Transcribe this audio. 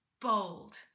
bold